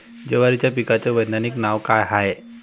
जवारीच्या पिकाचं वैधानिक नाव का हाये?